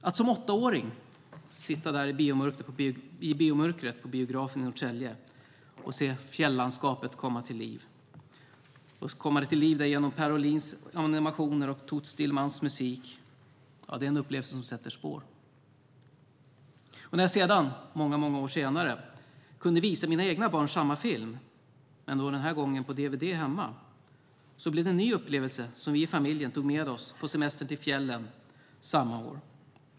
Att som åttaåring sitta i biomörkret på biografen i Norrtälje och se fjällandskapet komma till liv genom Per Åhlins animationer och Toots Thielemans musik är en upplevelse som sätter spår. När jag sedan många år senare kunde visa mina egna barn samma film, men denna gång på dvd hemma, blev det en ny upplevelse som vi i familjen tog med oss på semestern till fjällen samma år.